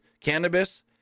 cannabis